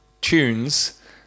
tunes